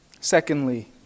Secondly